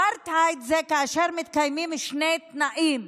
אפרטהייד זה כאשר מתקיימים שני תנאים: